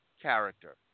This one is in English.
character